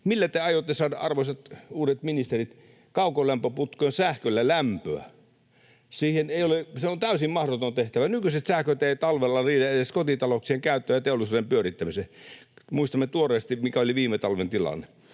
Millä te aiotte saada, arvoisat uudet ministerit, kaukolämpöputkeen sähköllä lämpöä? Se on täysin mahdoton tehtävä. Nykyiset sähköt eivät talvella riitä edes kotitalouksien käyttöön ja teollisuuden pyörittämiseen. Muistamme tuoreesti, mikä oli viime talven tilanne.